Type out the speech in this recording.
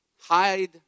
Hide